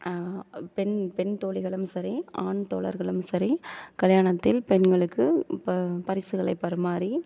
பெண் பெண் தோழிகளும் சரி ஆண் தோழர்களும் சரி கல்யாணத்தில் பெண்களுக்கு இப்போ பரிசுகளை பரிமாறி